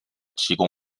提供